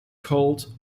called